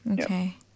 Okay